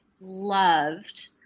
loved